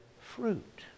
fruit